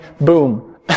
boom